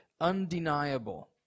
undeniable